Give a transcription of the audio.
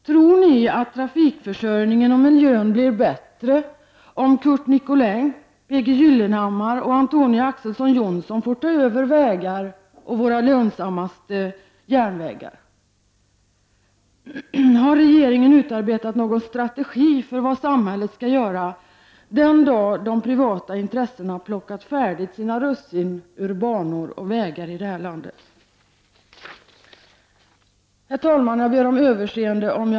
Tror ni att trafikförsörjningen och miljön blir bättre om Curt Nicolin, P G Gyllenhammar och Antonia Ax:son Johnson får ta över vägar och våra lönsammaste järnvägar? Har regeringen utarbetat någon strategi för vad samhället skall göra den dag de privata intressena plockat sina russin ur banor och vägar i det här landet.